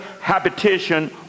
habitation